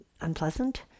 unpleasant